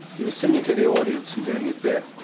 he was singing to the audience and doing his bit,